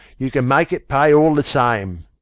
you can make it pay all the same.